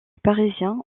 parisien